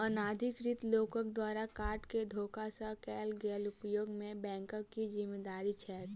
अनाधिकृत लोकक द्वारा कार्ड केँ धोखा सँ कैल गेल उपयोग मे बैंकक की जिम्मेवारी छैक?